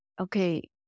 okay